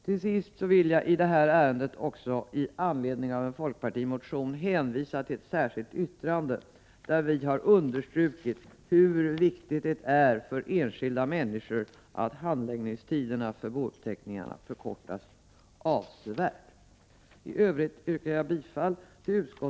Till sist vill jag i detta ärende med anledning av en folkpartimotion hänvisa till ett särskilt yttrande där vi har understrukit hur viktigt det är för enskilda människor att handläggningstiderna för bouppteckningar förkortas avsevärt.